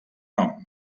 nom